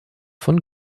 von